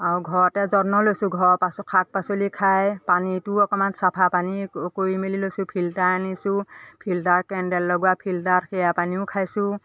আৰু ঘৰতে যত্ন লৈছোঁ ঘৰৰ পাছ শাক পাচলি খাই পানীটোও অকণমান চাফা পানী কৰি মেলি লৈছোঁ ফিল্টাৰ আনিছোঁ ফিল্টাৰ কেন্দেল লগোৱা ফিল্টাৰত সেয়া পানীও খাইছোঁ